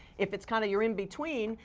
if it's kind of your in-between,